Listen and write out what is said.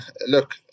look